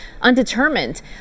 undetermined